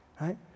right